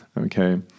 Okay